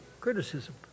criticism